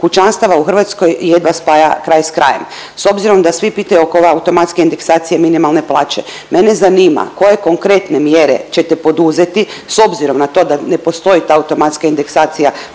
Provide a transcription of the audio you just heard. kućanstava u Hrvatskoj jedva spaja kraj s krajem. S obzirom da svi pitanju oko ove automatske indeksacije minimalne plaće, mene zanima koje konkretne mjere ćete poduzeti s obzirom na to da ne postoji ta automatska indeksacija